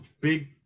Big